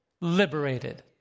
liberated